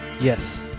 Yes